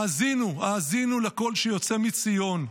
האזינו, האזינו לקול שיוצא מציון.